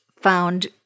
found